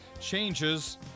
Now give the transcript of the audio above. changes